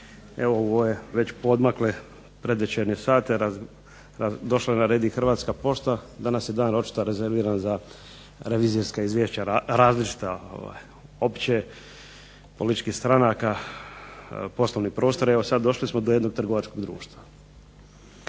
Evo u ove poodmakle predvečernje sate došla je na red i Hrvatska pošta, danas je dan očito rezerviran za revizorska izvješća različita, opće, političkih stranaka, poslovnih prostora, došli smo sada do jednog trgovačkog društva.